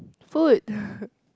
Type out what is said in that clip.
food